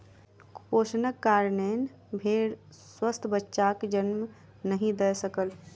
कुपोषणक कारणेँ भेड़ स्वस्थ बच्चाक जन्म नहीं दय सकल